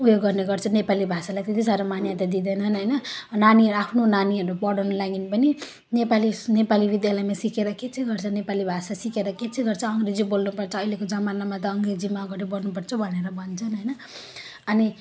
उयो गर्ने गर्छन् नेपाली भाषालाई त्यति साह्रो मान्यता दिँदैनन् होइन नानीहरू आफ्नो नानीहरू पढाउनु लागि पनि नेपाली नेपाली विद्यालयमा सिकेर के चाहिँ गर्छ नेपाली भाषा सिकेर के चाहिँ गर्छ अङ्ग्रेजी बोल्नुपर्छ अहिलेको जमानामा त अङ्ग्रेजीमा अगाडि बढ्नुपर्छ भनेर भन्छन् होइन अनि